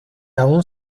aún